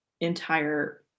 entire